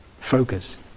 focus